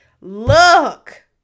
Look